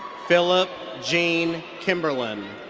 phillip gene kimberlin.